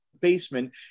basement